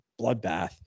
bloodbath